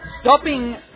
stopping